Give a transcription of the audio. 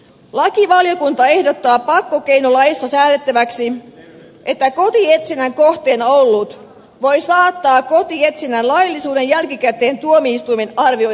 lakivaliokunta ehdottaa pakkokeinolaissa säädettäväksi että kotietsinnän kohteena ollut voi saattaa kotietsinnän laillisuuden jälkikäteen tuomioistuimen arvioitavaksi